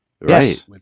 right